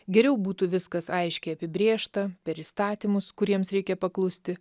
geriau būtų viskas aiškiai apibrėžta per įstatymus kuriems reikia paklusti